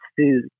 food